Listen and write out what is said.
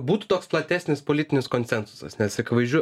būtų toks platesnis politinis konsensusas nes akivaizdžiu